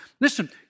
Listen